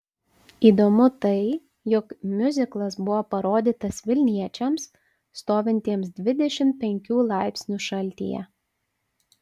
įdomu tai jog miuziklas buvo parodytas vilniečiams stovintiems dvidešimt penkių laipsnių šaltyje